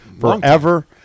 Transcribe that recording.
Forever